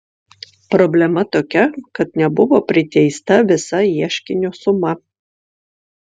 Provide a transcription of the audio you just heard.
problema tokia kad nebuvo priteista visa ieškinio suma